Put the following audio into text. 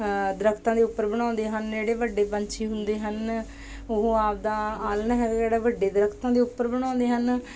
ਦਰੱਖਤਾਂ ਦੇ ਉੱਪਰ ਬਣਾਉਂਦੇ ਹਨ ਜਿਹੜੇ ਵੱਡੇ ਪੰਛੀ ਹੁੰਦੇ ਹਨ ਉਹ ਆਪਦਾ ਆਲ੍ਹਣਾ ਹੈਗਾ ਜਿਹੜਾ ਵੱਡੇ ਦਰੱਖਤਾਂ ਦੇ ਉੱਪਰ ਬਣਾਉਂਦੇ ਹਨ